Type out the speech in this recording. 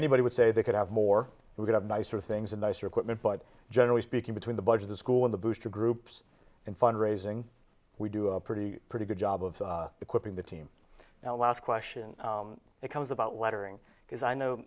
anybody would say they could have more we could have nicer things and nicer equipment but generally speaking between the budget the school in the booster groups and fundraising we do a pretty pretty good job of equipping the team now last question it comes about lettering because i know